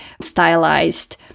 stylized